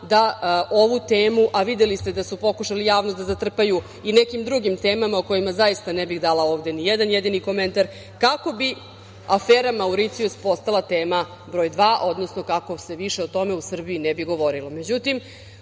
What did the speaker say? da ovu temu, a videli ste da su pokušali javnost da zatrpaju i nekim drugim temama o kojima, zaista, ne bih dala ovde ni jedan jedini komentar, kako bi afera Mauricijus postala tema broj dva, odnosno kako se više o tome u Srbiji ne bi govorilo.Međutim,